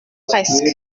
presque